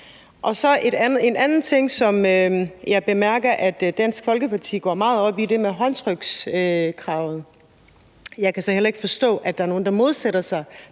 En anden ting, som jeg bemærker at Dansk Folkeparti går meget op i, er det her med håndtrykskravet. Jeg kan heller ikke forstå, at der er nogen, der modsætter sig